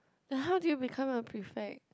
and how did you become a prefect